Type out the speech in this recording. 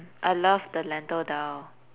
I love the lentil dhal